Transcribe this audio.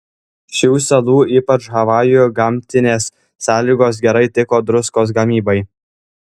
šių salų ypač havajų gamtinės sąlygos gerai tiko druskos gamybai